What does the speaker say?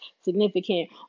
significant